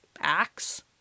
Axe